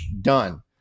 Done